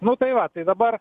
nu tai va tai dabar